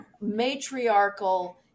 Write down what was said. matriarchal